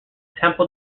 temple